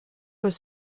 peut